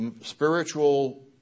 spiritual